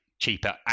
cheaper